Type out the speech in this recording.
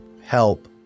help